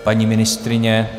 Paní ministryně?